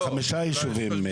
של חמישה ישובים.